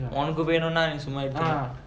உனக்கு வேணுனா சும்மா:unakku venunaa summa